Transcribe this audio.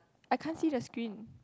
I can't see the screen